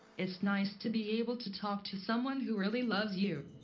it's nice to be able to talk to someone who really loves you.